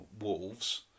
Wolves